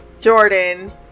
jordan